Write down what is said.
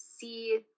see